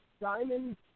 Diamond